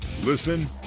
Listen